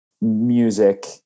music